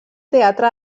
teatre